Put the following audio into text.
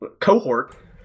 cohort